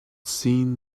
seen